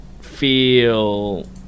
feel